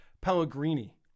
Pellegrini